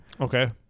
Okay